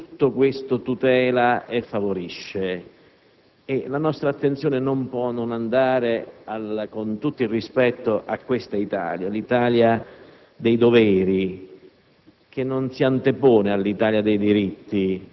Paese, ma c'è un'altra Italia che tutto questo tutela e favorisce. La nostra attenzione non può non andare, con tutto il rispetto, a questa Italia: l'Italia dei doveri